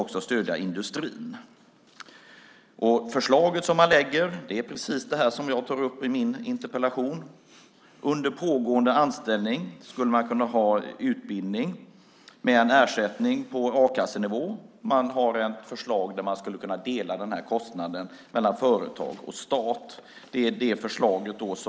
Förslaget som lades fram från arbetsgivarhåll, från fackligt håll och från samordningsmännen var precis det som jag tog upp i min interpellation. Under pågående anställning ska man kunna ha utbildning med en ersättning på a-kassenivå. Kostnaden ska kunna delas mellan företag och stat.